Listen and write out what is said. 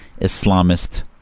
Islamist